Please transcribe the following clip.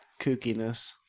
kookiness